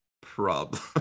problem